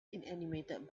inanimate